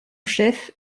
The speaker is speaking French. chef